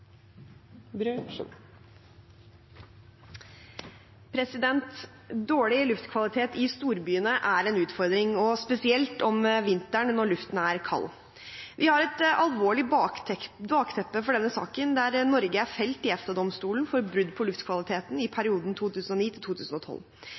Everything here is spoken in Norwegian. en utfordring, spesielt om vinteren når luften er kald. Vi har et alvorlig bakteppe for denne saken. Norge er felt i EFTA-domstolen for brudd på luftkvaliteten i